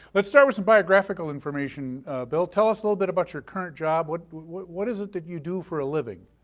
let's start with some biographical information bill, tell us a little bit about your current job, what what is it that you do for a living?